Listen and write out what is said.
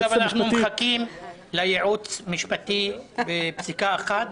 עכשיו אנחנו מחכים לייעוץ משפטי בפסיקה אחת,